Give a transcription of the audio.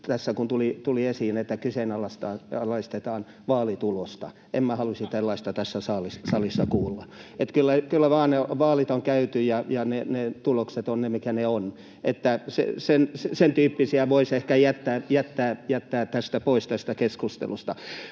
tuli esiin, että kyseenalaistetaan vaalitulosta. En minä haluaisi tällaista tässä salissa kuulla. Kyllä ne vaalit vaan on käyty, ja tulokset ovat ne, mitkä ne ovat. Sen tyyppisiä voisi ehkä jättää tästä pois tästä keskustelusta.